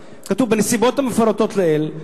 כתוב: בנסיבות המפורטות לעיל,